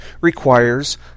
requires